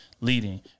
leading